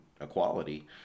equality